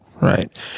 Right